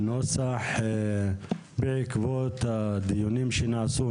הוועדה שלחה נוסח בעקבות הדיונים שנעשו.